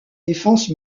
défenses